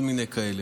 כל מיני כאלה.